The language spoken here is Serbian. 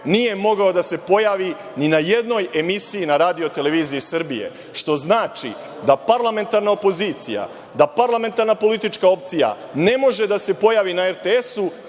nije mogao da se pojavi ni na jednoj emisiji na RTS-u, što znači da parlamentarna opozicija, da parlamentarna politička opcija ne može da se pojavi na RTS-u